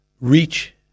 reach